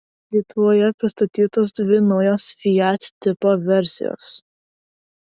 lietuvoje pristatytos dvi naujos fiat tipo versijos